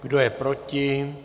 Kdo je proti?